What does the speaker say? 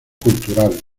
culturales